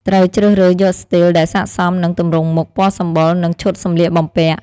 ត្រូវជ្រើសរើសយកស្ទីលដែលស័ក្តិសមនឹងទម្រង់មុខ ពណ៌សម្បុរ និងឈុតសម្លៀកបំពាក់ ។